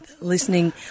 listening